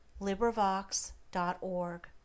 LibriVox.org